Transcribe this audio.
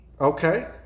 okay